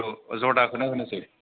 औ जरदाखौनो होनोसै